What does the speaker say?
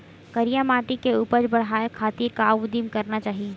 करिया माटी के उपज बढ़ाये खातिर का उदिम करना चाही?